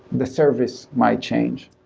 the service might change.